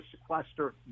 sequester